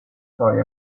storia